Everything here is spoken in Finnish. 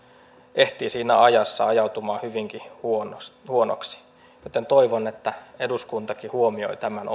ehtii siinä ajassa ajautumaan hyvinkin huonoksi huonoksi joten toivon että eduskuntakin huomioi tämän